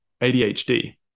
ADHD